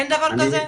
אין דבר כזה?